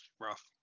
rough